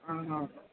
ஆ